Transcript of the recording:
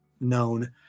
known